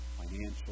financial